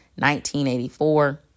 1984